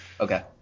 Okay